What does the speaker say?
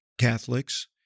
Catholics